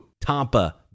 Tampa